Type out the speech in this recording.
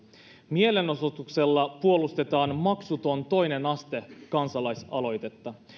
mielenosoituksella puolustetaan maksuton toinen aste kansalaisaloitetta